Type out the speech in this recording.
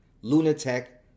lunatic